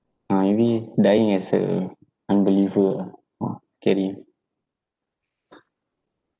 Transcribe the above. ah maybe dying as a unbeliever ah scary